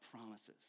promises